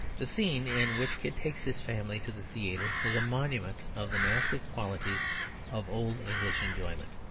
the scene in which kit takes his family to the theatre is a monument of the massive qualities of old english enjoyment.